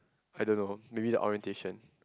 I don't know maybe the orientation